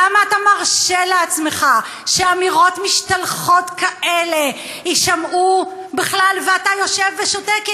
למה אתה מרשה לעצמך שאמירות משתלחות כאלה יישמעו בכלל ואתה יושב ושותק?